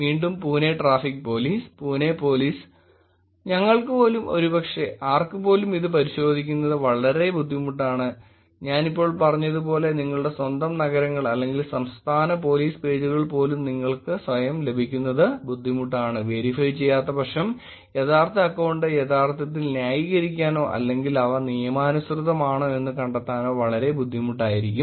വീണ്ടും Pune traffic police Pune police ഞങ്ങൾക്ക് പോലും ഒരുപക്ഷെ ആർക്കും പോലും ഇത് പരിശോധിക്കുന്നത് വളരെ ബുദ്ധിമുട്ടാണ് ഞാൻ ഇപ്പോൾ പറഞ്ഞതുപോലെ നിങ്ങളുടെ സ്വന്തം നഗരങ്ങൾ അല്ലെങ്കിൽ സംസ്ഥാന പോലീസ് പേജുകൾ പോലും നിങ്ങൾക്ക് സ്വയം ലഭിക്കുന്നത് ബുദ്ധിമുട്ടാണ് വെരിഫൈ ചെയ്യാത്ത പക്ഷം യഥാർത്ഥ അക്കൌണ്ട് യഥാർത്ഥത്തിൽ ന്യായീകരിക്കാനോ അല്ലെങ്കിൽ അവ നിയമാനുസൃതമാണോ എന്ന് കണ്ടെത്താനോ വളരെ ബുദ്ധിമുട്ടായിരിക്കും